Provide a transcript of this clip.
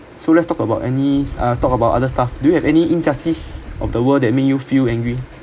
so let's talk about any uh talk about other stuff do you have any injustice of the world that make you feel angry